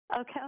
Okay